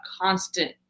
constant